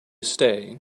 stay